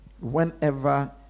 Whenever